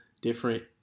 different